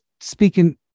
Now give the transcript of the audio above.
speaking